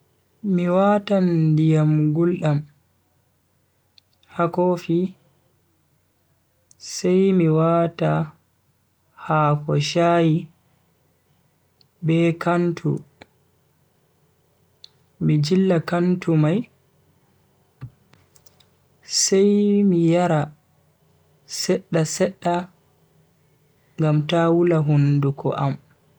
Mi watan ndiyam guldam ha kofi, sai mi wata hako shayi be kantu mi jilla kantu mai sai mi yara sedda sedda ngam ta wula hunduko am.